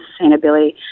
sustainability